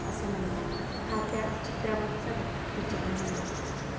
असं मला वाटतं हा त्या चित्रामागचा वि विचार आहे माझा